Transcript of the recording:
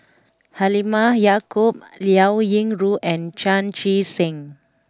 Halimah Yacob Liao Yingru and Chan Chee Seng